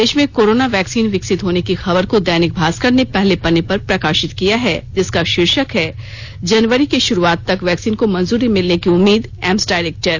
देश में corona vaccine विकसित होने की खबर को दैनिक भास्कर ने पहले पत्रे पर प्रकाशित किया है जिसका शीर्षक है जनवरी की शुरूआत तक वैक्सिन को मंजूरी मिलने की उम्मीद एम्स डायरेक्टर